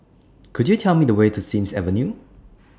Could YOU Tell Me The Way to Sims Avenue